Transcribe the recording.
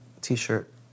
T-shirt